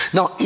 Now